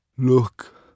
Look